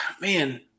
man